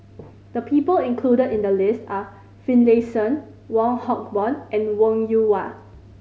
the people included in the list are Finlayson Wong Hock Boon and Wong Yoon Wah